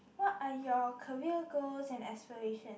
what are your career goals and aspiration